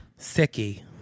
sicky